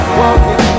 walking